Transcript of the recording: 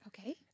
Okay